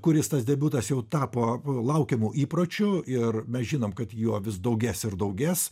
kuris tas debiutas jau tapo laukiamu įpročiu ir mes žinom kad jo vis daugės ir daugės